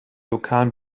lokalen